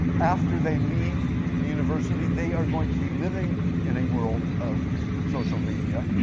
after they leave the university, they are going to be living in a world of social media.